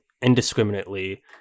Indiscriminately